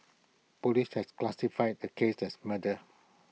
Police has classified the case as murder